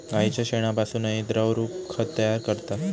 गाईच्या शेणापासूनही द्रवरूप खत तयार करतात